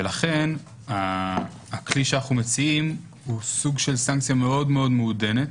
לכן הכלי שאנו מציעים הוא סוג של סנקציה מאוד מעודנת